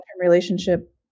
relationship